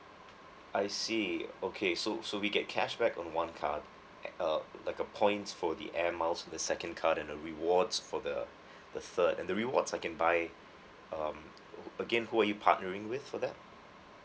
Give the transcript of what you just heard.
I see okay so so we get cashback on one card uh like a points for the air miles the second card and a rewards for the the third and the rewards I can buy um again who are you partnering with for that